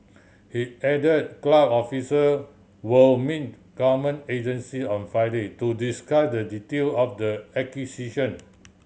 he added club official will meet government agency on Friday to discuss the detail of the acquisition